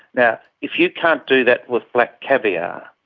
now, if you can't do that with black caviar,